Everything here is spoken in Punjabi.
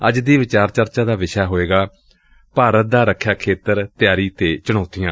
ਅੱਜ ਦੀ ਵਿਚਾਰ ਚਰਚਾ ਦਾ ਵਿਸ਼ਾ ਹੋਵੇਗਾ ਭਾਰਤ ਦਾ ਰਖਿਆ ਖੇਤਰ ਤਿਆਰੀ ਅਤੇ ਚੁਣੌਤੀਆਂ